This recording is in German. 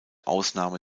ausnahme